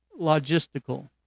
logistical